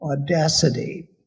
Audacity